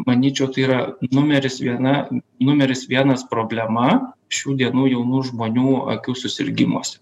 manyčiau tai yra numeris viena numeris vienas problema šių dienų jaunų žmonių akių susirgimuose